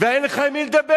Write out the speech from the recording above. ואין לך עם מי לדבר.